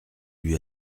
lui